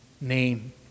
name